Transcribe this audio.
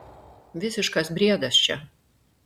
visiškas briedas čia